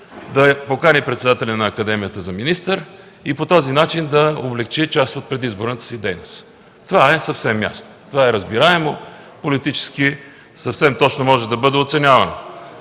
да покани председателя на академията за министър и по този начин да облекчи част от предизборната си дейност. Това е съвсем ясно. Това е разбираемо, политически съвсем точно може да бъде оценявано.